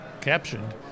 captioned